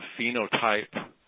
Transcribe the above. phenotype